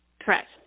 Correct